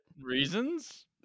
reasons